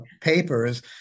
papers